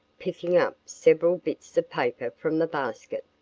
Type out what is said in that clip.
picking up several bits of paper from the basket.